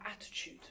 attitude